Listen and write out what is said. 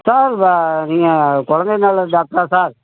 sir நீங்கள் குழந்தை நல டாக்டரா சார்